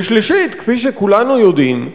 ושלישית, כפי שכולנו יודעים,